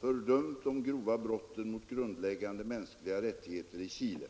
fördömt de grova brotten mot grundläggande mänskliga rättigheter i Chile.